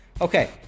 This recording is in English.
Okay